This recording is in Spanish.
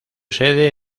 sede